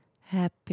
Happy